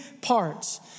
parts